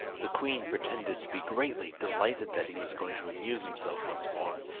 the queen pretended to be greatly delighted that he was going to amuse himself once more,